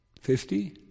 Fifty